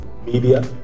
Media